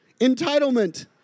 Entitlement